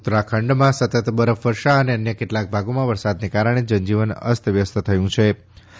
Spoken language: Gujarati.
ઉત્તરાખંડમાં સતત બરફવર્ષા અને અન્ય કેટલાંક ભાગોમાં વરસાદને કારણે જનજીવન અસ્તવ્યસ્ત થયું છિ